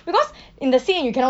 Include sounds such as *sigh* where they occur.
because *breath* in the scene you cannot